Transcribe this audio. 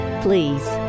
Please